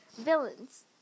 Villains